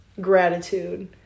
gratitude